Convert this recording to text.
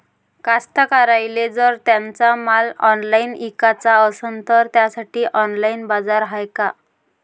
कास्तकाराइले जर त्यांचा माल ऑनलाइन इकाचा असन तर त्यासाठी ऑनलाइन बाजार हाय का?